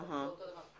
זה אותו דבר.